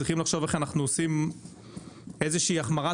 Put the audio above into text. צריכים לחשוב איך אנחנו עושים איזושהי החמרת